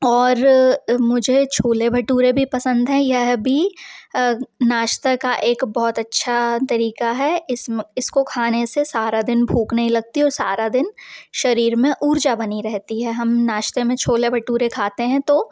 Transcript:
और मुझे छोले भटूरे भी पसंद है यह भी नाश्ता का एक बहुत अच्छा तरीक़ा है इसमें इसको खाने से सारा दिन भूख नहीं लगती और सारा दिन शरीर में ऊर्जा बनी रहती है हम नाश्ते में चोले भटूरे खाते हैं तो